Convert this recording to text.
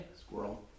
Squirrel